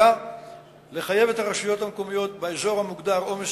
3. לחייב את הרשויות המקומיות באזור המוגדר "עומס